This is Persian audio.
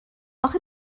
اخه